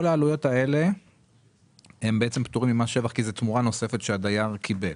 כל העלויות הללו פטורות ממס שבח כי זו תמורה נוספת שהדייר קיבל.